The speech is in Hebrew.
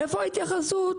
איפה ההתייחסות